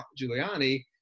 Giuliani